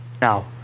Now